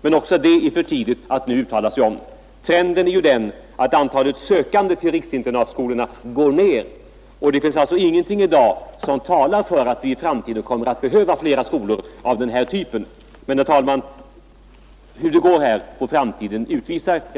Men också detta är det för tidigt att nu yttra sig om. Trenden är att antalet sökande till riksinternatskolorna går ner, och det finns alltså ingenting i dag som talar för att vi i framtiden kommer att behöva flera skolor av denna typ. Men hur det går i det fallet får framtiden utvisa. Herr talman!